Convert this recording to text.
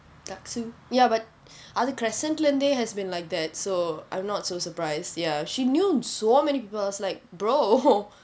daksu ya but other அது:athu crecsent லே இருந்தே:le irunthe has been like that so I'm not so surprised ya she knew so many girls like brother